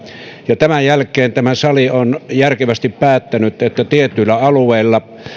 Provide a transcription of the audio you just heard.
ja tämän jälkeen tämä sali on järkevästi päättänyt että tietyillä alueilla